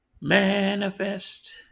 Manifest